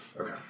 okay